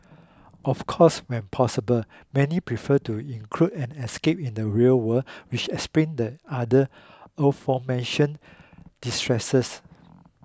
of course when possible many prefer to include an escape in the real world which explains the other aforementioned distresses